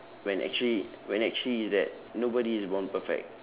when actually when actually is that nobody is born perfect